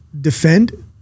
defend